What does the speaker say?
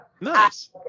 Nice